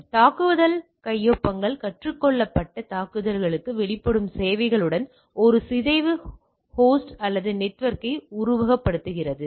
எனவே தாக்குதல் கையொப்பங்கள் கற்றுக் கொள்ளப்பட்ட தாக்குதலுக்கு வெளிப்படும் சேவைகளுடன் ஒரு சிதைவு ஹோஸ்ட் அல்லது நெட்வொர்க்கை உருவகப்படுத்துகிறது